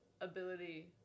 ability